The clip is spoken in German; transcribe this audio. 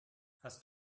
hast